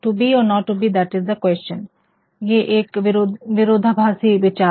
to be और not to be that is the question एक विरोधाभासी विचार